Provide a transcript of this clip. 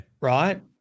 Right